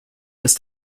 ist